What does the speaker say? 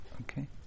Okay